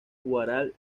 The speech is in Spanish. huaral